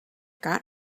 got